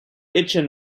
itchen